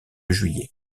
juillet